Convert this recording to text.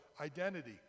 identity